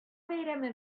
бәйрәме